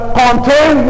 contain